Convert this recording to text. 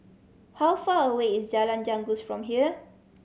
how far away is Jalan Janggus from here